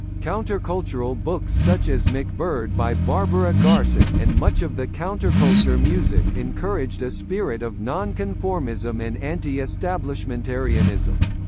countercultural books such as macbird by barbara garson and much of the counterculture music encouraged a spirit of non-conformism and anti-establishmentarianism.